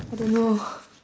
I don't know